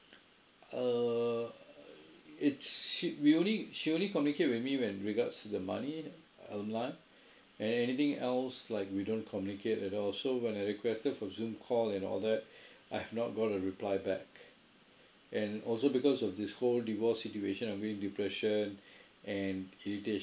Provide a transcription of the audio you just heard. err it she we only she only communicate with me when regards to the money alimony and then anything else like we don't communicate at all so when I requested for zoom call and all that I've not got a reply back and also because of this whole divorce situation I'm being depression and irritation